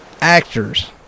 actors